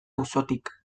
auzotik